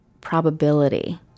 probability